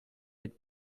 être